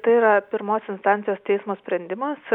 tai yra pirmos instancijos teismo sprendimas